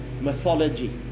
mythology